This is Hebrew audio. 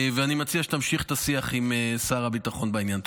אני מציע שתמשיך את השיח עם שר הביטחון בעניין.